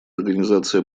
организации